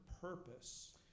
purpose